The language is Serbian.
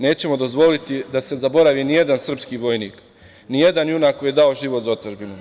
Nećemo dozvoliti da se zaboravi ni jedan srpski vojnik, ni jedan junak koji je dao život za otadžbinu.